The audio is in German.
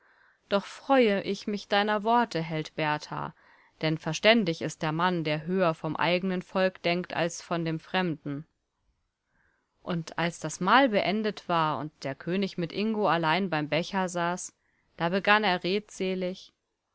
doch freue ich mich deiner worte held berthar denn verständig ist der mann der höher vom eigenen volk denkt als von dem fremden und als das mahl beendet war und der könig mit ingo allein beim becher saß da begann er redselig